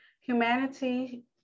humanity